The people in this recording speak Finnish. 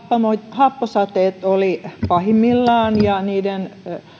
happosateet olivat pahimmillaan ja niiden